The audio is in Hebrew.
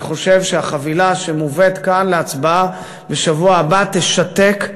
אני חושב שהחבילה שמובאת כאן להצבעה בשבוע הבא תשתק,